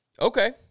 Okay